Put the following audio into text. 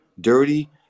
dirty